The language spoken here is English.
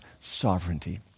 sovereignty